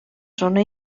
zona